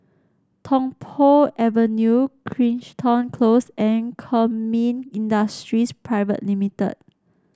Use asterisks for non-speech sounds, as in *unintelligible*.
Tung Po Avenue Crichton Close and Kemin Industries *unintelligible*